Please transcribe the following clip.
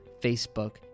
Facebook